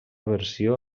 versió